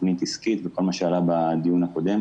תוכנית עסקית וכל מה שעלה בדיון הקודם.